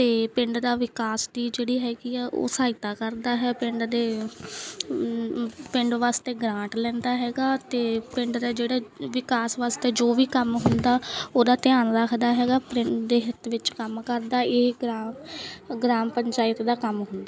ਅਤੇ ਪਿੰਡ ਦਾ ਵਿਕਾਸ ਦੀ ਜਿਹੜੀ ਹੈਗੀ ਆ ਉਹ ਸਹਾਇਤਾ ਕਰਦਾ ਹੈ ਪਿੰਡ ਦੇ ਪਿੰਡ ਵਾਸਤੇ ਗਰਾਂਟ ਲੈਂਦਾ ਹੈਗਾ ਅਤੇ ਪਿੰਡ ਦੇ ਜਿਹੜਾ ਵਿਕਾਸ ਵਾਸਤੇ ਜੋ ਵੀ ਕੰਮ ਹੁੰਦਾ ਉਹਦਾ ਧਿਆਨ ਰੱਖਦਾ ਹੈਗਾ ਪਿੰਡ ਦੇ ਹਿੱਤ ਵਿੱਚ ਕੰਮ ਕਰਦਾ ਇਹ ਗ੍ਰਾਮ ਗ੍ਰਾਮ ਪੰਚਾਇਤ ਦਾ ਕੰਮ ਹੁੰਦਾ